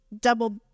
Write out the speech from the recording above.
double